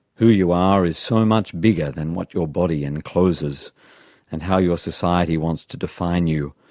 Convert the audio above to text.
who you are is so much bigger than what your body encloses and how your society wants to define you.